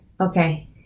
Okay